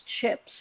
chips